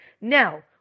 Now